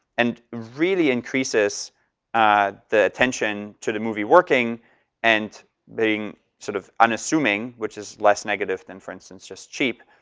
and really increases the attention to the movie working and being sort of unassuming, which is less negative than, for instance, just cheap.